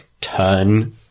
turn